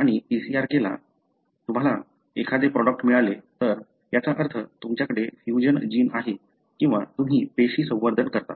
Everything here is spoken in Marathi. आणि PCR केला तुम्हाला एखादे प्रॉडक्ट मिळाले तर याचा अर्थ तुमच्याकडे फ्यूजन जीन आहे किंवा तुम्ही पेशी संवर्धन करता